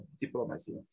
diplomacy